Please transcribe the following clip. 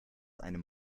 einem